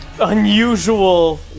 unusual